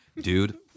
Dude